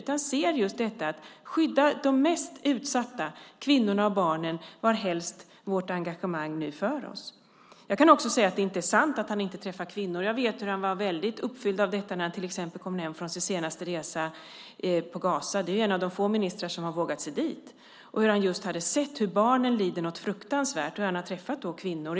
Vi ser att det handlar om att skydda de mest utsatta, kvinnorna och barnen, varthelst vårt engagemang nu för oss. Jag kan också säga att det inte är sant att han inte träffar kvinnor. Jag vet hur han var väldigt uppfylld av detta när han kom hem från sin senaste resa till Gaza. Han är en av de få ministrar som har vågat sig dit. Han hade sett hur barnen lider något fruktansvärt och hade träffat kvinnor.